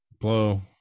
blow